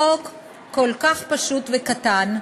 חוק כל כך פשוט וקטן,